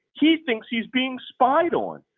he thinks he's being spied on.